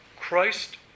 Christ